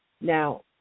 Now